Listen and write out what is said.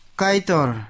kaitor